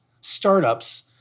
startups